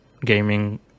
gaming